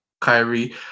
Kyrie